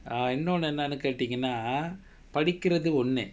uh இன்னொன்னு என்னானு கேட்டீங்கன்னா படிக்குறது ஒன்னு:innonu ennaanu kaetingana padikurathu onnu